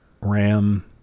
Ram